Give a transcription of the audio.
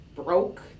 broke